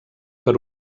per